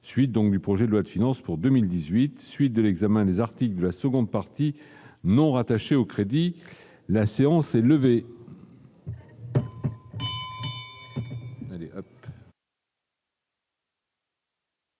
suite donc du projet de loi de finances pour 2018 suite de l'examen des articles de la seconde partie non rattachés au crédit, la séance est levée.